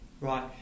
Right